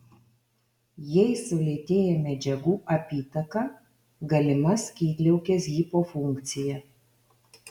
jei sulėtėja medžiagų apytaka galima skydliaukės hipofunkcija